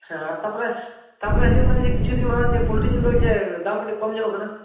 ᱦᱮᱸ ᱟᱨ ᱛᱟᱨᱯᱚᱨᱮ ᱛᱟᱨᱯᱚᱨᱮᱧ ᱟᱸᱡᱚᱢᱤᱫᱟᱹᱧ ᱡᱮ ᱠᱤᱪᱷᱩᱫᱤᱱ ᱢᱟᱲᱟᱝ ᱡᱮ ᱯᱚᱞᱴᱤ ᱡᱤᱞ ᱫᱚ ᱡᱮ ᱫᱟᱢ ᱠᱟᱹᱴᱤᱡ ᱠᱚᱢ ᱧᱚᱜ ᱟᱠᱟᱱᱟ